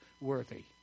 worthy